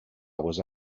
was